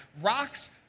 Rocks